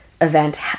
event